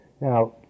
Now